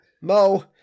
Mo